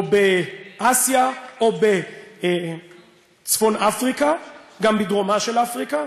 או באסיה, או בצפון אפריקה, גם בדרומה של אפריקה,